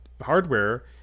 hardware